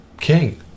king